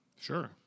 sure